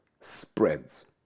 spreads